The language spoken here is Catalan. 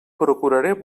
procuraré